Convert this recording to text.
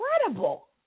incredible